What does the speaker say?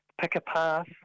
pick-a-path